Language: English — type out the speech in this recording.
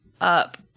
up